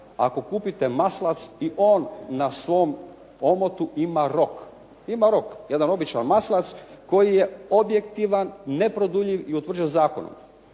ako kupite maslac i on na svom omotu ima rok. To je jedan običan maslac koji je objektivan, neproduljiv i utvrđen zakonom,